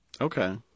Okay